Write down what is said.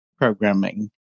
programming